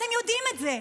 אתם יודעים את זה,